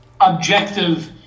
objective